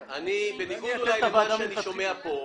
בניגוד למה שאני שומע כאן,